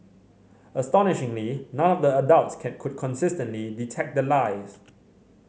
astonishingly none of the adults can could consistently detect the lies